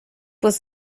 was